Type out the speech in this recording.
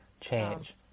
change